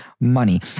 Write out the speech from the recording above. Money